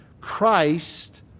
Christ